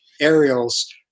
aerials